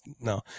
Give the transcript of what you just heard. No